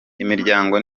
imiryango